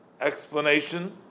explanation